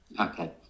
okay